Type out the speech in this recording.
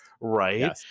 Right